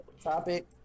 topic